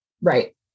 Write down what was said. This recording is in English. Right